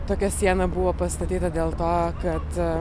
tokia siena buvo pastatyta dėl to kad